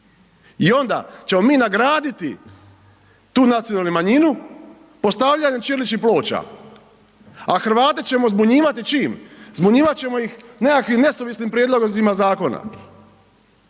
I onda ćemo mi nagraditi tu nacionalnu manjinu postavljanjem ćiriličnih ploča, a Hrvate ćemo zbunjivati. Čim? Zbunjivat ćemo ih nekakvim nesuvislim prijedlozima zakona.